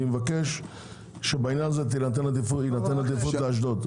מבקש שבעניין הזה תינתן עדיפות לאשדוד.